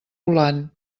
volant